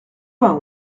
vingt